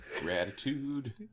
Gratitude